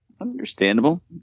Understandable